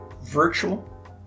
virtual